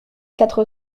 quatre